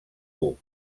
buc